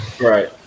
Right